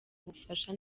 bufasha